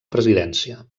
presidència